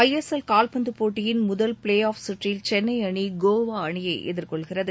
ISL கால்பந்து போட்டியின் முதல் பிளேஆஃப் சுற்றில் சென்னை அணி கோவா அணியை எதிர்கொள்கிறது